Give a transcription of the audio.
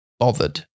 bothered